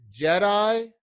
jedi